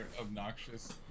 obnoxious